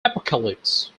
apocalypse